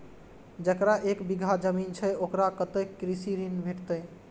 जकरा एक बिघा जमीन छै औकरा कतेक कृषि ऋण भेटत?